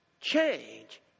change